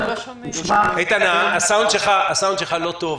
איתן, הסאונד שלך לא טוב.